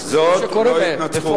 זאת לא התנצחות.